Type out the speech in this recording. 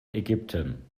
ägypten